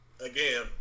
again